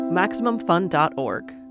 MaximumFun.org